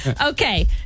Okay